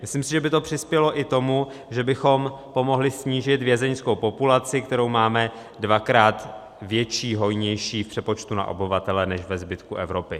Myslím si, že by to přispělo i tomu, že bychom pomohli snížit vězeňskou populaci, kterou máme dvakrát větší, hojnější v přepočtu na obyvatele než ve zbytku Evropy.